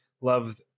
love